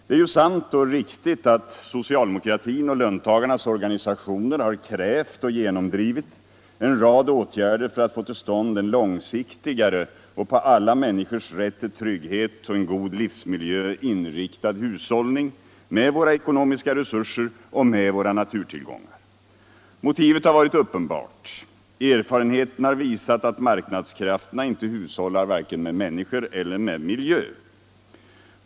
Det är ju sant och riktigt att socialdemokratin och löntagarnas organisationer har krävt och genomdrivit en rad åtgärder för att få till stånd en mera långsiktig, en på alla människors rätt till trygghet och god livsmiljö inriktad hushållning med våra ekonomiska resurser och med våra naturtillgångar. Motivet har varit uppenbart. Erfarenheten har visat att marknadskrafterna varken hushållar med människor eller miljö.